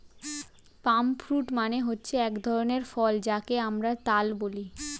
পাম fruit মানে হচ্ছে এক ধরনের ফল যাকে আমরা তাল বলি